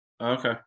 Okay